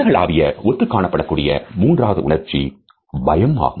உலகளாவிய ஒத்து காணப்படும் கூடிய மூன்றாவது உணர்ச்சி பயம் ஆகும்